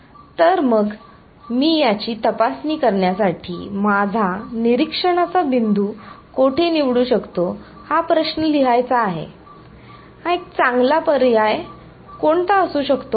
तर मग मी याची तपासणी करण्यासाठी माझा निरीक्षणाचा बिंदू कोठे निवडू शकतो हा प्रश्न लिहायचा आहे एक चांगला पर्याय कोणता असू शकतो